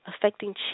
affecting